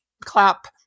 clap